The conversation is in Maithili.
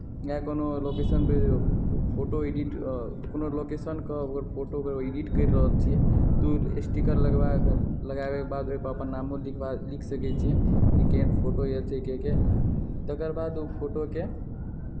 या कोनो लोकेशन पे फोटो एडिट कोनो लोकेशनके ओकर फोटोके एडिट करि रहल छियै तऽ स्टीकर लगबाए कऽ लगाबैके बाद ओहिपर अपन नामो लिखबा लिख सकै छियै कि केहन फोटो आयल छै कए कऽ तकर बाद ओहि फोटोके